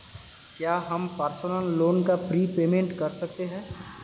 क्या हम personal loan का प्रीपेमेंट कर सकते हैं?